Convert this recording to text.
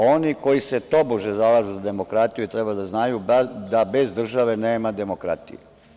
Oni koji se tobože zalažu za demokratiju, treba da znaju da bez države nema demokratije.